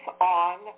on